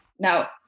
Now